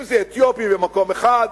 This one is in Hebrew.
אם זה אתיופים במקום אחד,